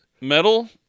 Metal